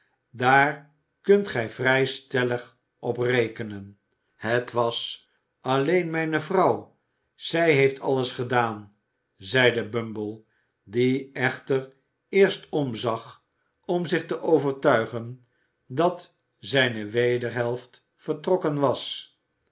daar kunt gij vrij stellig op rekenen het was alleen mijne vrouw zij heeft alles gedaan zeide bumble die echter eerst omzag om zich te overtuigen dat zijne wederhelft vertrokken was